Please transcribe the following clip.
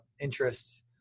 interests